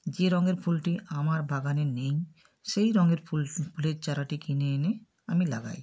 যে রঙের ফুলটি আমার বাগানে নেই সেই রঙের ফুল ফুলের চারাটি কিনে এনে আমি লাগাই